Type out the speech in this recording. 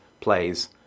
plays